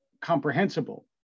comprehensible